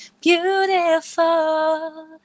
beautiful